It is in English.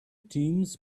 teams